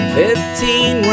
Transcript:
fifteen